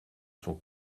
son